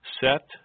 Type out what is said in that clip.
Set